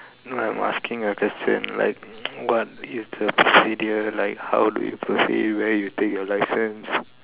no I am asking a question like what is the procedure like how do you proceed where you take your license